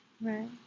Right